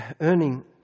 earning